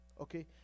okay